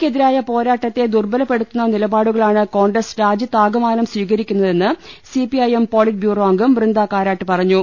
ക്കെതിരായ പ്പോരാട്ടത്തെ ദുർബല പ്പെടുത്തുന്ന നിലപാടുകളാണ് കോൺഗ്രസ് രാജ്യത്താകമാനം സ്വീകരിക്കുന്നതെന്ന് സിപിഐ എം പോളിറ്റ്ബ്യൂറോ അംഗം വൃന്ദാ കാരാട്ട് പറഞ്ഞു